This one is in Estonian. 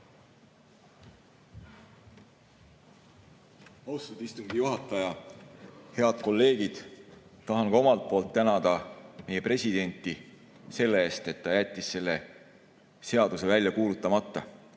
istungi juhataja, head kolleegid! Tahan ka omalt poolt tänada meie presidenti selle eest, et ta jättis selle seaduse välja kuulutamata.